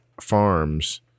Farms